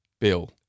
Bill